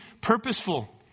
purposeful